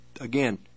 again